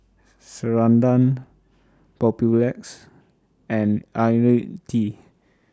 Ceradan Papulex and Ionil T